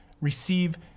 receive